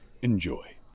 Enjoy